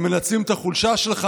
הם מנצלים את החולשה שלך.